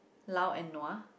lao and nua